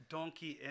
Donkey